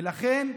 ולכן,